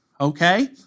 Okay